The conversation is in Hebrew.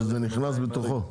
שזה נכנס בתוכו?